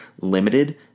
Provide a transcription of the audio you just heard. limited